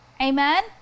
Amen